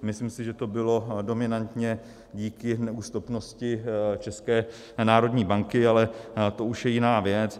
Myslím si, že to bylo dominantně díky neústupnosti České národní banky, ale to už je jiná věc.